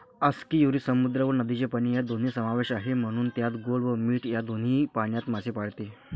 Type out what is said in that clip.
आस्कियुरी समुद्र व नदीचे पाणी या दोन्ही समावेश आहे, म्हणून त्यात गोड व मीठ या दोन्ही पाण्यात मासे पाळते